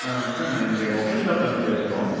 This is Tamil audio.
சார் நான் இங்கே மொபைல் ஷாப்லேருந்து பேசுகிறோம்